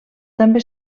també